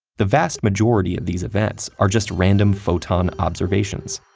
the vast majority of these events are just random photon observations,